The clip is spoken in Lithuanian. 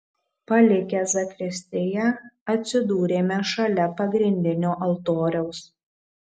palikę zakristiją atsidūrėme šalia pagrindinio altoriaus